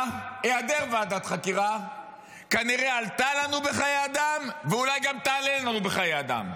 שהיעדר ועדת חקירה כנראה עלה לנו בחיי אדם ואולי גם יעלה לנו בחיי אדם.